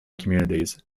communities